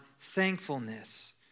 thankfulness